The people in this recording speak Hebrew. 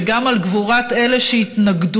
וגם על גבורת אלה שהתנגדו,